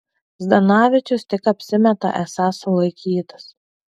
zdanavičius tik apsimeta esąs sulaikytas